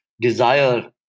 desire